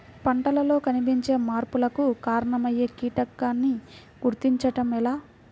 పంటలలో కనిపించే మార్పులకు కారణమయ్యే కీటకాన్ని గుర్తుంచటం ఎలా?